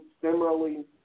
similarly